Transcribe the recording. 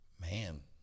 Man